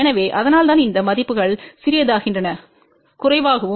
எனவே அதனால்தான் இந்த மதிப்புகள் சிறியதாகின்றன குறைவாகவும்